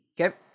Okay